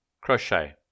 Crochet